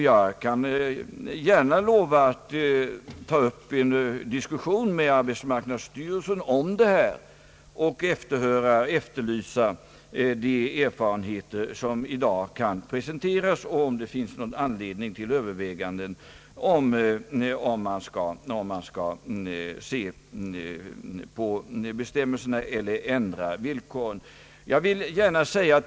Jag kan gärna lova att ta upp en diskussion med arbetsmarknadsstyrelsen om detta och efterlysa de erfarenheter som i dag kan presenteras och, om det finns anledning därtill, ändra bestämmelserna och villkoren.